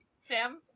Sam